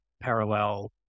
parallel